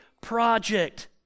project